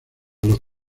los